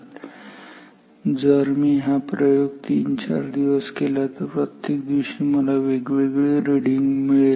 त्यामुळे जर मी हा प्रयोग तीन दिवस चार दिवस केला तर प्रत्येक दिवशी मला वेगळी वेगळी रिडिंग मिळेल